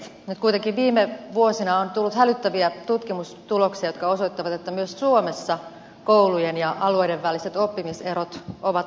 nyt kuitenkin viime vuosina on tullut hälyttäviä tutkimustuloksia jotka osoittavat että myös suomessa koulujen ja alueiden väliset oppimiserot ovat alkaneet kasvaa